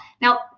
Now